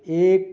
एक